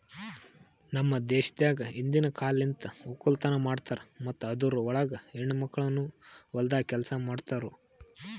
ನಮ್ ದೇಶದಾಗ್ ಹಿಂದಿನ್ ಕಾಲಲಿಂತ್ ಒಕ್ಕಲತನ ಮಾಡ್ತಾರ್ ಮತ್ತ ಅದುರ್ ಒಳಗ ಹೆಣ್ಣ ಮಕ್ಕಳನು ಹೊಲ್ದಾಗ್ ಕೆಲಸ ಮಾಡ್ತಿರೂ